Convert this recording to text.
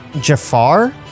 Jafar